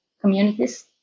communities